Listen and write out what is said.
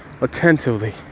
attentively